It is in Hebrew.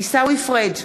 עיסאווי פריג'